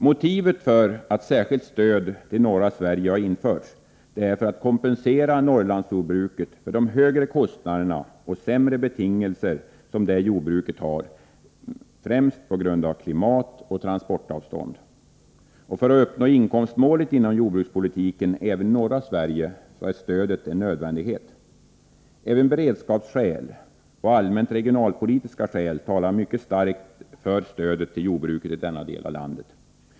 Motivet för att särskilt stöd till norra Sverige införts är att man vill kompensera Norrlandsjordbruket för de högre kostnader och sämre betingelser som detta jordbruk har främst på grund av klimat och transportavstånd. För att man skall kunna uppnå inkomstmålet inom jordbrukspolitiken även i norra Sverige är stödet en nödvändighet. Också beredskapsskäl och allmänt regionalpolitiska skäl talar mycket starkt för stödet till jordbruket i denna del av landet.